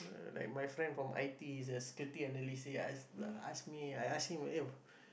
ah like my friend from i_t_e is a security analyst ask ask me I ask him eh